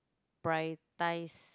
priotize